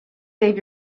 save